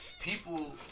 people